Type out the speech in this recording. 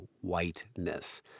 whiteness